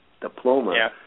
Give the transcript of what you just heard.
diploma